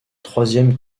troisième